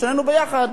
שנינו ביחד,